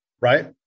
right